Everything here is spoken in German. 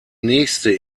nächste